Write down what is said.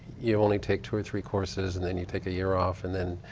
you only take two or three courses and then you take a year off and then,